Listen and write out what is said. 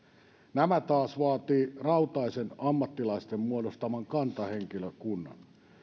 nämä taas vaativat rautaisen ammattilaisten muodostaman kantahenkilökunnan